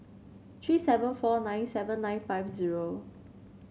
three seven four nine seven nine five zero